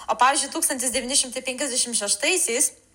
o pavyzdžiui tūkstantis devyni šimtai penkiasdešimt šeštaisiais